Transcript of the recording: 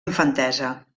infantesa